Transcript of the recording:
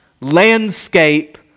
landscape